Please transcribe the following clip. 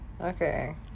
Okay